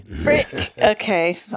Okay